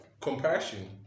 compassion